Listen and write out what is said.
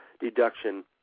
deduction